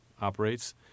operates